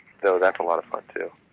though that's a lot of fun too.